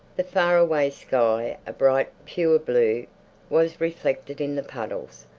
the far-away sky a bright, pure blue was reflected in the puddles,